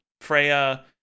freya